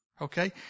Okay